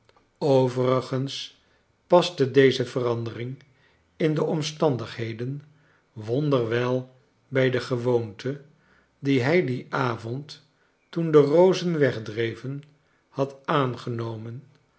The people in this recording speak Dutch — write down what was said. overigens paste deze verandering in de omstandigheden wonderwel bij de gewoonte die hij dien avond toen de rozen wegdreven had aangenomen